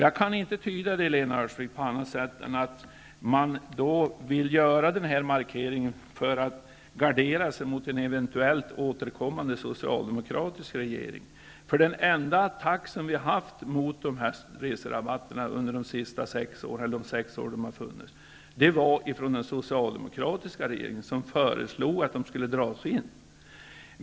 Jag kan inte tyda det, Lena Öhrsvik, på annat sätt än så att man vill göra den här markeringen för att gardera sig mot en eventuellt återkommande socialdemokratisk regering. Den enda attack som vi har haft mot reserabatterna, under de sex år de har funnits, kom nämligen från den socialdemokratiska regeringen, som föreslog att de skulle dras in.